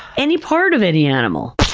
any part of any animal!